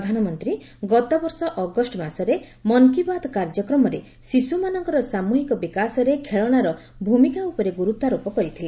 ପ୍ରଧାନମନ୍ତ୍ରୀ ଗତ ବର୍ଷ ଅଗଷ୍ଟ ମାସରେ ମନ୍ କି ବାତ୍ କାର୍ଯ୍ୟକ୍ରମରେ ଶିଶୁମାନଙ୍କର ସାମୃହିକ ବିକାଶରେ ଖେଳଶାର ଭୂମିକା ଉପରେ ଗୁରୁତ୍ୱାରୋପ କରିଥିଲେ